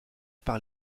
par